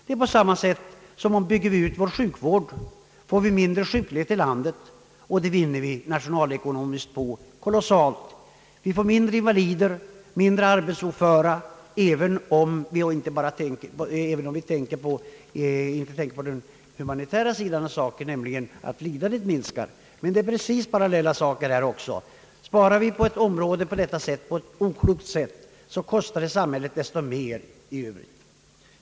Det är på samma sätt som när vi bygger ut vår sjukvård. Då får vi mindre sjuklighet i landet; det vinner vi nationalekonomiskt på. Vi får färre invalider, färre antal arbetsoföra, även om vi inte tänker på den humanitära sidan av saken, nämligen att lidandet minskar. Det är precis parallella saker här också. Sparar vi på ett område på ett oklokt sätt, kostar det samhället desto mer på ett annat. Herr talman!